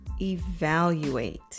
evaluate